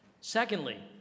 Secondly